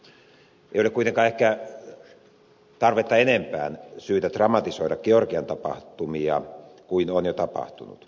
ei ole kuitenkaan ehkä tarvetta enempään syytä dramatisoida georgian tapahtumia enempää kuin on jo tapahtunut